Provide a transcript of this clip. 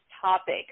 topic